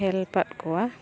help ᱟᱫ ᱠᱚᱣᱟ